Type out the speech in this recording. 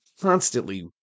constantly